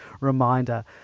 reminder